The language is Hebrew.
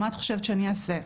מה את חושבת שאני אעשה?